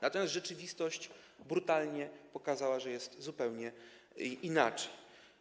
Natomiast rzeczywistość brutalnie pokazała, że jest zupełnie inaczej.